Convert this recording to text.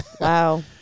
Wow